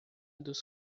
dos